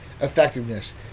effectiveness